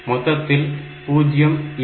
மொத்தத்தில் 0